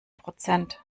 prozent